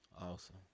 Awesome